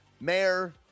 Mayor